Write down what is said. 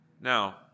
Now